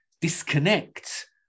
disconnect